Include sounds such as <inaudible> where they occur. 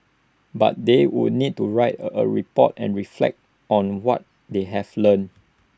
but they would need to write A <hesitation> report and reflect on what they have learnt